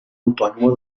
autònoma